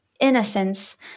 innocence